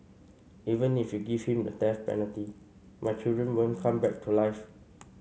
even if you give him the death penalty my children won't come back to life